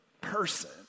person